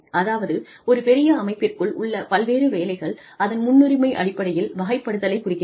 அதாவது ஒரு பெரிய அமைப்பிற்குள் உள்ள பல்வேறு வேலைகள் அதன் முன்னுரிமை அடிப்படையில் வகைப்படுத்துதலை குறிக்கிறது